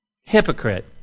Hypocrite